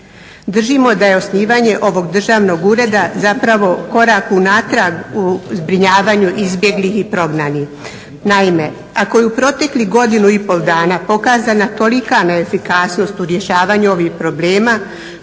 Držimo da je osnivanje ovog državnog ureda zapravo korak unatrag u zbrinjavanju izbjeglih i prognanih. Naime, ako je u proteklih godinu i pol dana pokazana tolika neefikasnost u rješavanju ovih problema